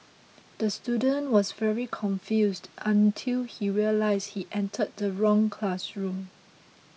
the student was very confused until he realised he entered the wrong classroom